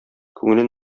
күңеле